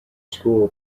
school